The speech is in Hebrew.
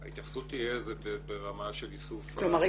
ההתייחסות תהיה ברמה של איסוף --- כלומר,